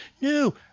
No